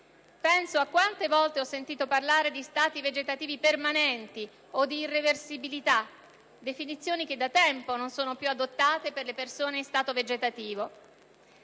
Penso a quante volte ho sentito parlare di «stati vegetativi permanenti» o di «irreversibilità», definizioni che da tempo non sono più adottate per le persone in stato vegetativo.